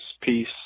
peace